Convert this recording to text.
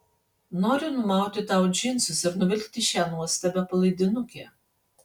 noriu numauti tau džinsus ir nuvilkti šią nuostabią palaidinukę